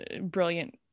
brilliant